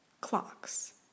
Clocks